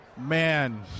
Man